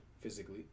physically